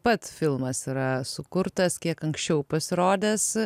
pats filmas yra sukurtas kiek anksčiau pasirodęs